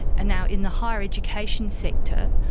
and now in the higher education sector,